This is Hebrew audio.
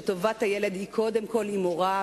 שטובת הילד היא קודם כול עם הוריו,